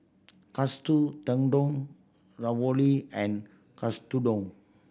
Katsu Tendon Ravioli and Katsudon